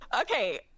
Okay